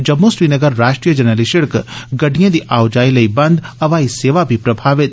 जम्मू श्रीनगर राश्ट्रीय जरनैली सड़क गड़िडए दी आओजाई लेई बंद हवाई सेवा बी प्रभावत